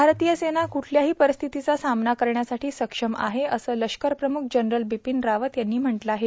भारतीय सेना कुठल्याही परिस्थितीचा सामना करण्यासाठी सक्षम आहे असं लष्कर प्रमुख जनरल बिपीन रावत यांनी म्हटलं आहे